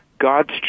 God's